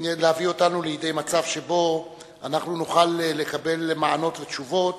להביא אותנו לידי מצב שבו אנחנו נוכל לקבל מענות ותשובות